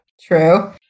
True